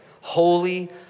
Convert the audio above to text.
holy